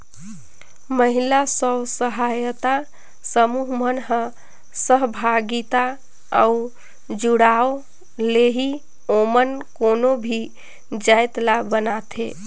महिला स्व सहायता समूह मन ह सहभागिता अउ जुड़ाव ले ही ओमन कोनो भी जाएत ल बनाथे